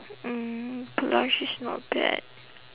mm blush is not bad